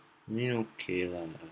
then okay lah